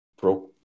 broke